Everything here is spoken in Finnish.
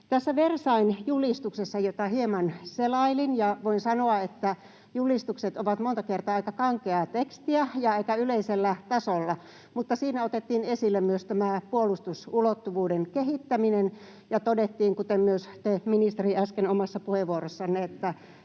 Tässä Versailles’n julistuksessa — jota hieman selailin, ja voin sanoa, että julistukset ovat monta kertaa aika kankeaa tekstiä ja aika yleisellä tasolla — otettiin esille myös tämä puolustusulottuvuuden kehittäminen ja todettiin, kuten myös te, ministeri, äsken omassa puheenvuorossanne,